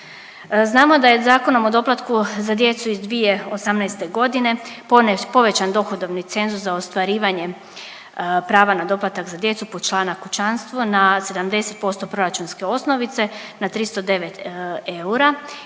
Znamo da je Zakonom o doplatku za djecu iz 2018. godine, povećan dohodovni cenzus za ostvarivanje prava na doplatak za djecu po člana kućanstvo na 70% proračunske osnovice na 309 eura i